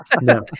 No